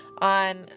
on